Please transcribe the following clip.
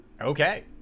Okay